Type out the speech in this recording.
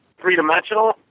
three-dimensional